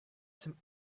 some